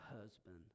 husband